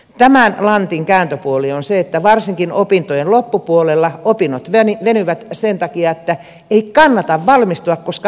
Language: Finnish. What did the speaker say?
tämän lantin kääntöpuoli on se että varsinkin opintojen loppupuolella opinnot venyvät sen takia että ei kannata valmistua koska menettää nämä rahat